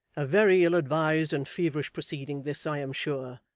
a very ill-advised and feverish proceeding this, i am sure.